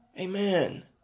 amen